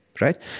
right